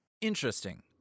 Interesting